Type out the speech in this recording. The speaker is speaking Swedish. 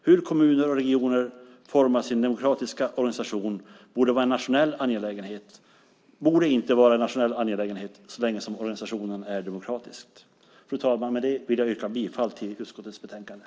Hur kommuner och regioner formar sin demokratiska organisation borde inte vara en nationell angelägenhet så länge organisationen är demokratisk. Fru talman! Med detta vill jag yrka bifall till utskottets förslag i betänkandet.